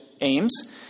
aims